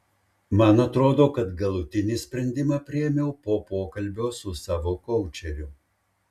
man atrodo kad galutinį sprendimą priėmiau po pokalbio su savo koučeriu